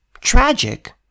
Tragic